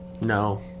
no